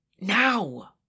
Now